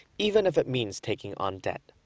even if it means taking on debt.